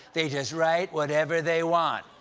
they just write whatever they want!